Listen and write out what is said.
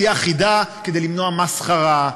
תהיה אחידה כדי למנוע מסחרה,